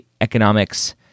economics